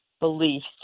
beliefs